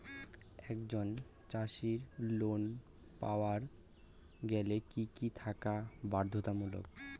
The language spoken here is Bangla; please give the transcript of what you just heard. একজন চাষীর লোন পাবার গেলে কি কি থাকা বাধ্যতামূলক?